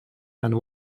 and